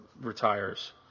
retires